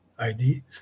ID